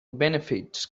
benefits